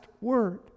word